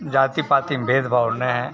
जाति पाती म भेदभाव न ह